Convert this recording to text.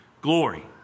glory